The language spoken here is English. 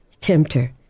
tempter